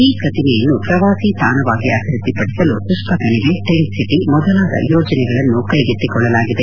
ಈ ಪ್ರತಿಮೆಯನ್ನು ಪ್ರವಾಸಿ ತಾಣವಾಗಿ ಅಭಿವ್ಯಧ್ನಿಪಡಿಸಲು ಮಷ್ತ ಕಣಿವೆ ಟೆಂಟ್ ಸಿಟಿ ಮೊದಲಾದ ಯೋಜನೆಗಳನ್ನು ಕೈಗೆತ್ತಿಕೊಳ್ಳಲಾಗಿದೆ